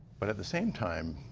but at the same time,